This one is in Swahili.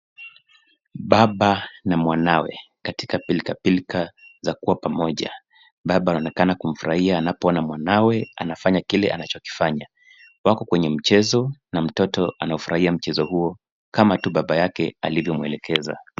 Baba na mwanawe, katika pilkapilka za kuwa pamoja. Baba anaonekana kufurahia anapoona mwanawe, anafanya kile anachokifanya. Wako kwenye mchezo na mtoto anafurahia mchezo huo, kama tu baba yake alivyomwelekeza.